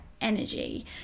energy